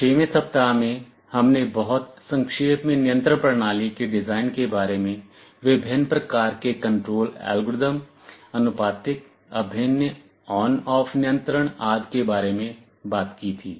6 वें सप्ताह में हमने बहुत संक्षेप में नियंत्रण प्रणाली के डिजाइन के बारे में विभिन्न प्रकार के कंट्रोल एल्गोरिदम आनुपातिक अभिन्न on off नियंत्रण आदि के बारे में बात की थी